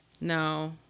no